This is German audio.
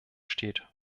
steht